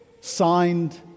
signed